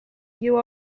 you